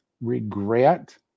regret